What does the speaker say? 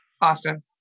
Austin